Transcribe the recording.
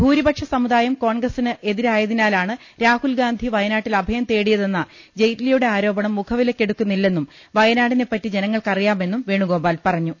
ഭൂരിപക്ഷസമുദായം കോൺഗ്രസിന് എതിരായതിനാലാണ് രാഹുൽഗാന്ധി വയനാട്ടിൽ അഭയം തേടിയതെന്ന ജെയ്റ്റിലിയുടെ ആരോപണം മുഖവിലയ്ക്കെടുക്കുന്നില്ലെന്നും വയനാടിനെപ്പറ്റി ജനങ്ങൾക്കറിയാമെന്നും വേണുഗോപാൽ പറഞ്ഞു